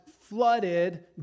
flooded